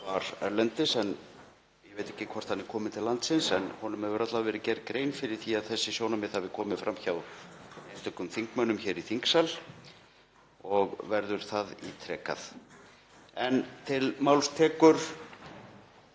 var erlendis. Ég veit ekki hvort hann er kominn til landsins en honum hefur alla vega verið gerð grein fyrir því að þessi sjónarmið hafi komið fram hjá einstökum þingmönnum hér í þingsal og verður það ítrekað. SPEECH_END